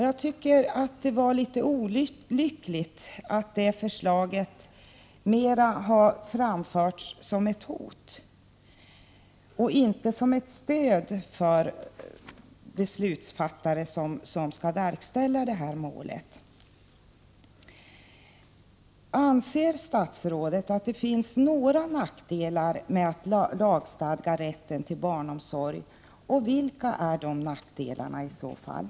Jag tycker att det är olyckligt att det förslaget mera har framförts som ett hot än som ett stöd för beslutsfattare som skall verkställa beslutet. Anser statsrådet att det finns några nackdelar med att lagstadga rätten till barnomsorg? Vilka är i så fall dessa nackdelar?